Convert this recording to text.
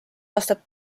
aastat